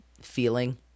feeling